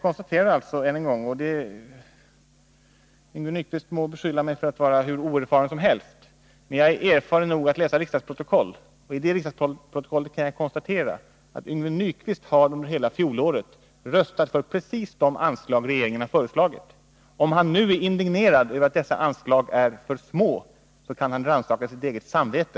Yngve Nyquist må beskylla mig för att vara hur oerfaren som helst, men jag är ändå erfaren nog att kunna läsa riksdagsprotokoll. Efter att ha läst olika riksdagsprotokoll kan jag konstatera att Yngve Nyquist hela fjolåret röstade för precis de anslag regeringen föreslagit. Om han nu är indignerad över att dessa anslag är för små, kan han rannsaka sitt eget samvete.